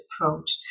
approach